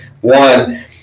One